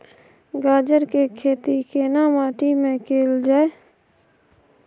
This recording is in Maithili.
गाजर के खेती केना माटी में कैल जाए?